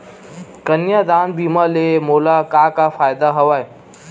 कन्यादान बीमा ले मोला का का फ़ायदा हवय?